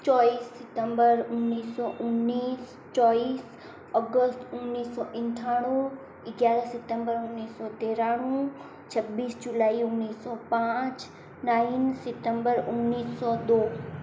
बाईस सितम्बर उन्नीस सौ उन्नीस बाईस अगस्त उन्नीस सौ अठानवे ग्यारह सितम्बर उन्नीस सौ तिरानवे छब्बीस जुलाई उन्नीस सौ पाँच नाइन सितम्बर उन्नीस दो